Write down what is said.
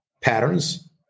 patterns